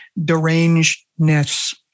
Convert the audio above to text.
derangedness